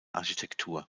architektur